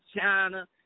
China